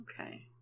Okay